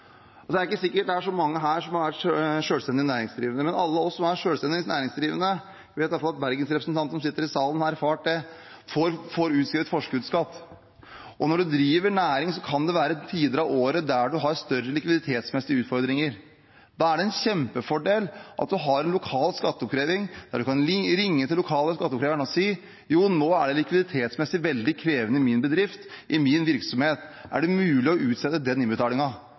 Det er ikke sikkert det er så mange her som har vært selvstendig næringsdrivende, men alle vi som er selvstendig næringsdrivende, får utskrevet forskuddsskatt – jeg vet i hvert fall at bergensrepresentanten som sitter her i salen, har erfart det. Og når man driver næring, kan det være tider av året der man har større likviditetsmessige utfordringer. Da er det en kjempefordel at man har lokal skatteoppkreving, der man kan ringe den lokale skatteoppkreveren og si: Nå er det likviditetsmessig veldig krevende i min bedrift, i min virksomhet, er det mulig å utsette den